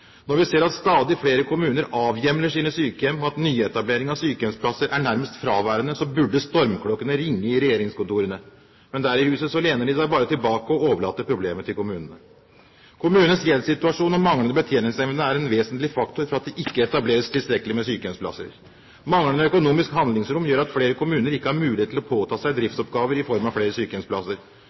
Når vi ser at stadig flere kommuner avhjemler sine sykehjem, og at nyetablering av sykehjemsplasser er nærmest fraværende, burde stormklokkene ringe i regjeringskontorene. Men der i huset lener de seg bare tilbake og overlater problemet til kommunene. Kommunenes gjeldssituasjon og manglende betjeningsevne er en vesentlig faktor for at det ikke etableres tilstrekkelig med sykehjemsplasser. Manglende økonomisk handlingsrom gjør at flere kommuner ikke har mulighet til å påta seg driftsoppgaver i form av flere sykehjemsplasser.